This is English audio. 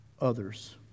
others